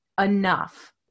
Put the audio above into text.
enough